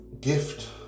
gift